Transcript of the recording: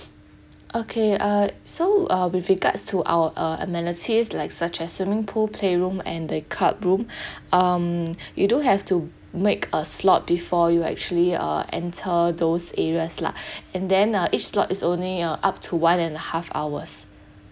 okay uh so uh with regards to our uh amenities like such as swimming pool play room and the club room um you do have to make a slot before you actually uh enter those areas lah and then uh each slot is only uh up to one and a half hours